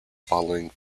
following